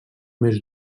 més